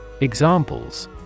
examples